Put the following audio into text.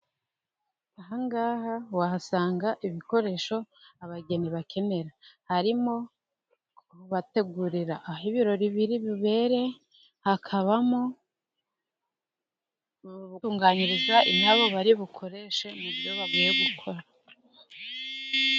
Ahangaha wahasanga ibikoresho abageni bakenera harimo kubategurira aho ibirori biri bubere hakabamo kunganiriza ibyo abo bari bukoreshe mu byo bagiye gukora.